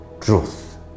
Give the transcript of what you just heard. truth